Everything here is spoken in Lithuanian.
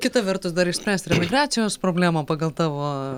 kita vertus dar išspręst ir emigracijos problemą pagal tavo